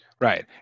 Right